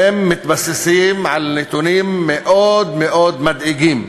הם מתבססים על נתונים מאוד מאוד מדאיגים.